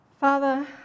Father